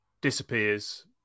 disappears